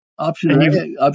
Option